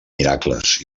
miracles